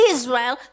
Israel